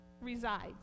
resides